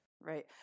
Right